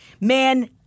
man